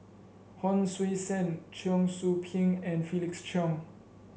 Hon Sui Sen Cheong Soo Pieng and Felix Cheong